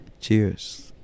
cheers